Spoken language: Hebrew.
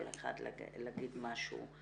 כל אחד להגיד משהו.